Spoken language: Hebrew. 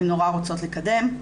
הן נורא רוצות לקדם,